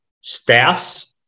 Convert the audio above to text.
staffs